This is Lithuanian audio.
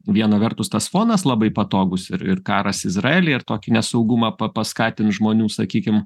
viena vertus tas fonas labai patogus ir ir karas izraely ir tokį nesaugumą pa paskatint žmonių sakykim